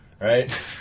right